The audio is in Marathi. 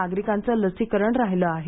नागरिकांचं लसीकरण राहिलं आहे